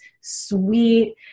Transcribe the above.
sweet